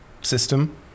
system